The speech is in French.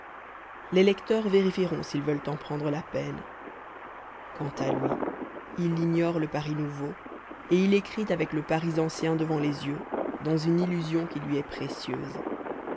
les lecteurs vérifieront s'ils veulent en prendre la peine quant à lui il ignore le paris nouveau et il écrit avec le paris ancien devant les yeux dans une illusion qui lui est précieuse